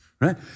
Right